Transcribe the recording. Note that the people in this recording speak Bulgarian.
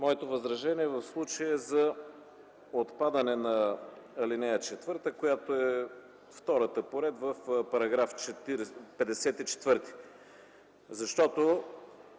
Моето възражение в случая е за отпадане на ал. 4, която е втората по ред в § 54.